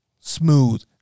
smooth